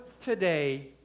today